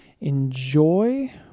Enjoy